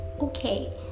okay